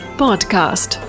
podcast